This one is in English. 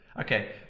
Okay